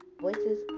Voices